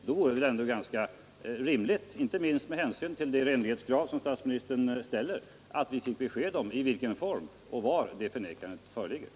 Det vore då rimligt, inte minst med hänsyn till det renhetskrav som statsministern ställer, att vi fick besked om i vilken form och var det förnekandet gjorts.